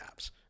apps